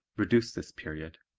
reduce this period.